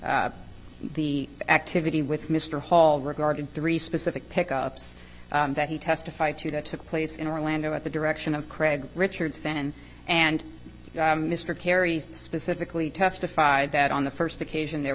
the the activity with mr hall regarding three specific pick ups that he testified to that took place in orlando at the direction of craig richardson and mr kerry specifically testified that on the st occasion there